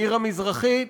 העיר המזרחית